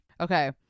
okay